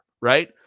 right